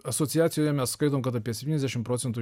asociacijoje mes skaitom kad apie septyniasdešim procentų